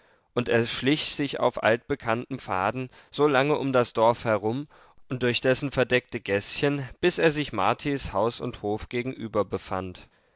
und er schlich sich auf altbekannten pfaden so lange um das dorf herum und durch dessen verdeckte gäßchen bis er sich martis haus und hof gegenüber befand